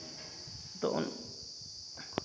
ᱛᱚ